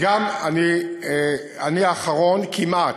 אני כמעט האחרון, כמעט,